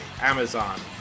Amazon